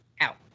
out